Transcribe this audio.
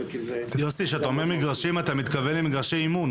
כשאתה מדבר על מגרשים אתה מתכוון למגרשי אימון,